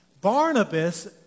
Barnabas